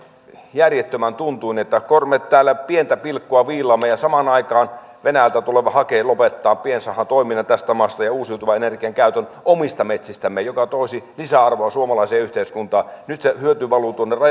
järjettömän tuntuinen että me täällä pientä pilkkua viilaamme ja samaan aikaan venäjältä tuleva hake lopettaa piensahatoiminnan tästä maasta ja uusiutuvan energian käytön omista metsistämme mikä toisi lisäarvoa suomalaiseen yhteiskuntaan nyt se hyöty valuu tuonne